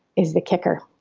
is the kicker